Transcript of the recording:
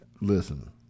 Listen